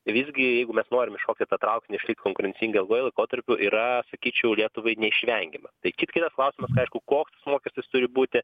visgi jeigu mes norim įšokt į tą traukinį išlikt konkurencinga ilguoju laikotarpiu yra sakyčiau lietuvai neišvengiama tai kitas klausimas aišku koks tas mokestis turi būti